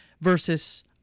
versus